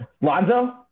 Lonzo